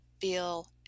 feel